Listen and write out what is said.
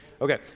Okay